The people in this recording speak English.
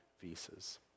visas